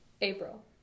April